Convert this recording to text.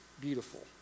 beautiful